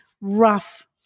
rough